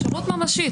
אפשרות ממשית.